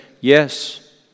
yes